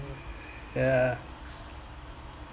ya